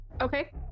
Okay